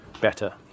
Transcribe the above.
better